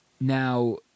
Now